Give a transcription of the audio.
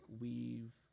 weave